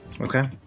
Okay